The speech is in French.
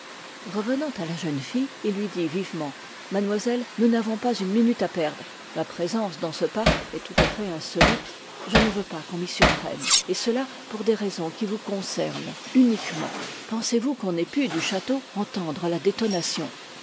revenant à la jeune fille il lui dit vivement mademoiselle nous n'avons pas une minute à perdre ma présence dans ce parc est tout à fait insolite je ne veux pas qu'on m'y surprenne et cela pour des raisons qui vous concernent uniquement pensez-vous qu'on ait pu du château entendre la détonation